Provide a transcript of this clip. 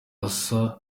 asa